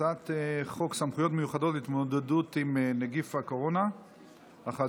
הצעת חוק סמכויות מיוחדות להתמודדות עם נגיף הקורונה החדש